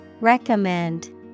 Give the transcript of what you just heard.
Recommend